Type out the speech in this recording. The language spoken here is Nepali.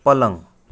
पलङ